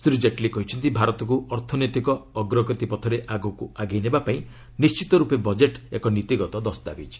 ଶ୍ରୀ ଜେଟଲୀ କହିଛନ୍ତି ଭାରତକୁ ଅର୍ଥନୈତିକ ଅଗ୍ରଗତି ପଥରେ ଆଗକୁ ଆଗେଇ ନେବା ପାଇଁ ନିିି୍ଜିତ ରୂପେ ବଜେଟ୍ ଏକ ନୀତିଗତ ଦସ୍ତାବିଜ୍